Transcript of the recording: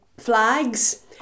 flags